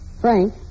Frank